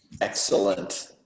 Excellent